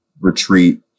retreat